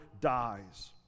dies